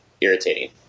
irritating